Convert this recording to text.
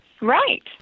Right